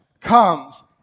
comes